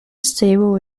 stable